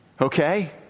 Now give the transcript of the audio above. Okay